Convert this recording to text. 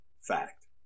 fact